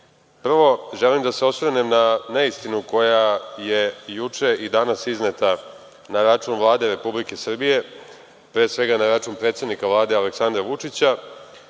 REM.Prvo, želim da se osvrnem na neistinu koja je juče i danas izneta na račun Vlade Republike Srbije, pre svega na račun predsednika Vlade Aleksandra Vučića,